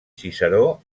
ciceró